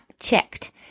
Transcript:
checked